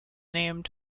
named